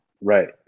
Right